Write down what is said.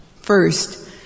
First